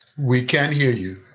we can hear you.